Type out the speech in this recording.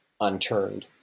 unturned